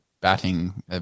batting